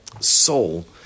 soul